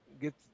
get